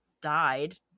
died